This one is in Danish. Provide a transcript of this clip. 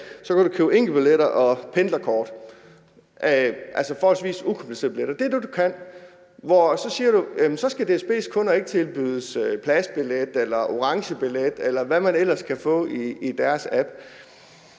kan du købe enkeltbilletter og pendlerkort, altså forholdsvis ukomplicerede billetter. Det er det, du kan, og så siger du, at DSB's kunder ikke skal tilbydes pladsbillet, orangebillet, eller hvad man ellers kan få i deres app.